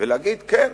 ולהגיד כן.